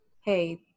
hey